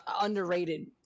underrated